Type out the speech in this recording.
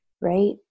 Right